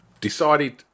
decided